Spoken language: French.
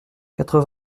quatre